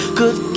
good